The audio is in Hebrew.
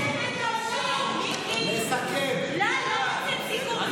פעמים: רק השלום יביא ביטחון ויביא זכויות לשני העמים.